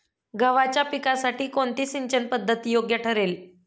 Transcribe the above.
गव्हाच्या पिकासाठी कोणती सिंचन पद्धत योग्य ठरेल?